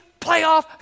playoff